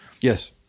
Yes